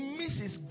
misses